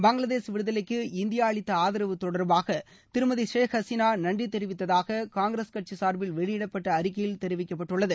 பங்களாதேஷ் விடுதலைக்கு இந்தியா அளித்த ஆதரவு தொடர்பாக திருமதி ஷேக் ஹசினா நன்றி தெரிவித்ததாக காங்கிரஸ் கட்சி சார்பில் வெளியிடப்பட்ட அறிக்கையில் தெரிவிக்கப்பட்டுள்ளது